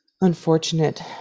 unfortunate